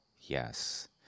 Yes